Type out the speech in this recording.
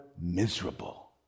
miserable